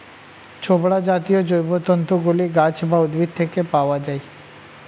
ছোবড়া জাতীয় জৈবতন্তু গুলি গাছ বা উদ্ভিদ থেকে পাওয়া যায়